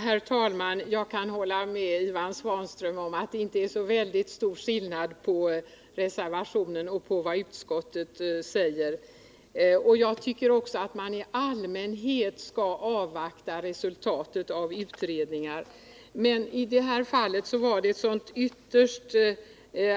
Herr talman! Jag kan hålla med Ivan Svanström om att det inte är så väldigt stor skillnad mellan reservationen och utskottets skrivning. Jag tycker att man i allmänhet skall avvakta resultatet av utredningar. Men i detta fall gjorde vi ett ytterst